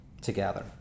together